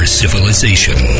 civilization